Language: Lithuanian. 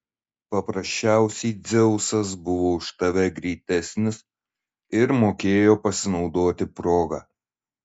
paprasčiausiai dzeusas buvo už tave greitesnis ir mokėjo pasinaudoti proga